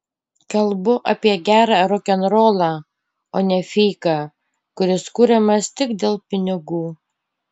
kalbu apie gerą rokenrolą o ne feiką kuris kuriamas tik dėl pinigų